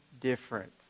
different